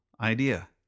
idea